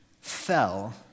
fell